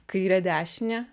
kairę dešinę